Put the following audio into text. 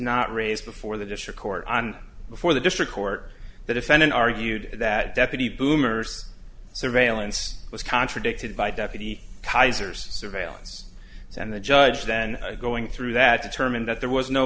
not raised before the district court on before the district court the defendant argued that deputy boomer's surveillance was contradicted by deputy kaiser's surveillance and the judge then going through that determined that there was no